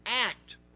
act